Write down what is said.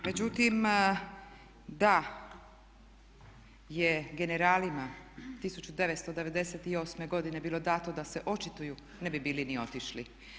Međutim, da je generalima 1998. godine bilo dato da se očituju ne bi bili ni otišli.